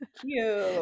Cute